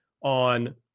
on